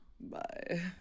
Bye